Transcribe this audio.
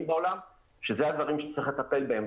בעולם שזה הדברים שצריך לטפל בהם,